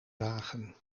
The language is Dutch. zagen